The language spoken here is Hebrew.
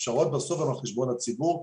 הפשרות הן בסוף על חשבון הציבור,